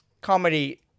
comedy